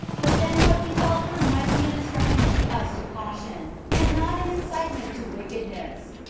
but then what befell her might be an instruction to us to caution, and not an incitement to wickedness.